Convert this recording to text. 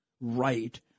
right